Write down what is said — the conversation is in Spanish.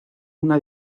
una